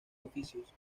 oficios